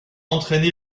entraîné